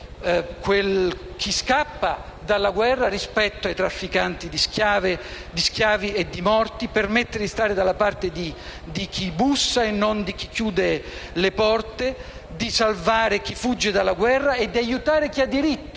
salvo chi scappa dalla guerra rispetto ai trafficanti di schiavi e di morti, di mettere gli Stati dalla parte di chi bussa e non di chi chiude le porte, di salvare chi fugge dalla guerra e di aiutare chi ha diritto